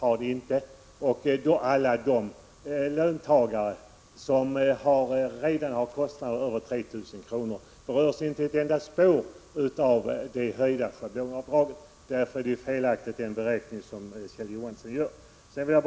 Alla de löntagare som redan har kostnader över 3 000 kr. berörs inte heller ett spår av det höjda schablonavdraget. Därför är Kjell Johanssons beräkning felaktig.